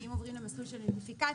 אם עוברים למסלול של נוטיפיקציה,